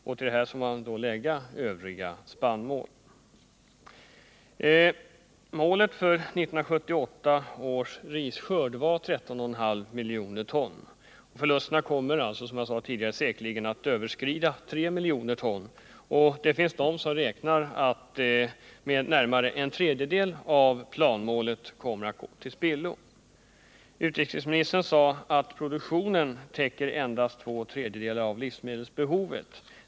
Till detta skall man då lägga förluster av övrig spannmål. Målet för 1978 års risskörd var 13,5 miljoner ton. Förlusterna kommer, som jag sade tidigare, säkerligen att överskrida 3 miljoner ton. Det finns beräkningar som säger att närmare en tredjedel av den planerade skörden kommer att gå till spillo. Urikesministern sade att produktionen endast täcker två tredjedelar av livsmedelsbehovet.